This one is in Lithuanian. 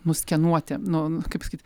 nuskenuoti nu kaip sakyt